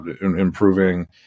improving